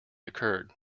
occurred